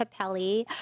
Capelli